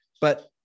But-